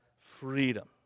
freedom